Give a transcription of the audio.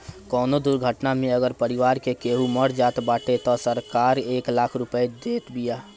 कवनो दुर्घटना में अगर परिवार के केहू मर जात बाटे तअ सरकार एक लाख रुपिया देत बिया